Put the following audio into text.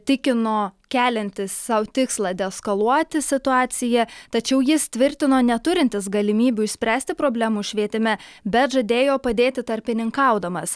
tikino keliantis sau tikslą deeskaluoti situaciją tačiau jis tvirtino neturintis galimybių išspręsti problemų švietime bet žadėjo padėti tarpininkaudamas